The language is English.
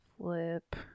flip